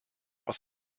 aus